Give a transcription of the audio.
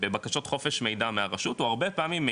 בבקשות חופש מידע מהרשות הוא הרבה פעמים,